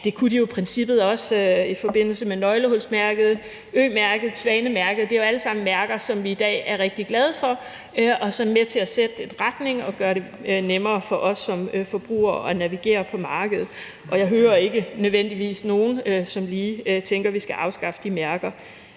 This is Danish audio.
det kunne de jo i princippet også i forbindelse med Nøglehulsmærket, Ø-mærket og Svanemærket. Det er jo alle sammen mærker, som vi i dag er rigtig glade for, og som er med til at sætte en retning og gøre det nemmere for os som forbrugere at navigere på markedet, og jeg hører ikke nødvendigvis, at der er nogen, som lige tænker, at vi skal afskaffe de mærker